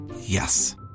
Yes